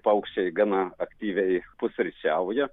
paukščiai gana aktyviai pusryčiauja